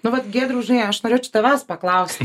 nu vat giedriau žinai aš norėčiau tavęs paklaust